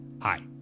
Hi